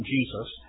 Jesus